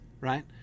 right